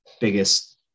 Biggest